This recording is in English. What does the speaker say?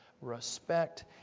respect